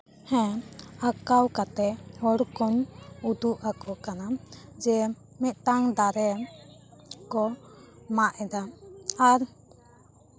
ᱦᱮᱸ ᱟᱸᱠᱟᱣ ᱠᱟᱛᱮᱜ ᱦᱚᱲ ᱠᱚᱧ ᱩᱫᱩᱜ ᱟᱠᱚ ᱠᱟᱱᱟ ᱡᱮ ᱢᱤᱫᱴᱟᱝ ᱫᱟᱨᱮ ᱠᱚ ᱢᱟᱜ ᱮᱫᱟ ᱟᱨ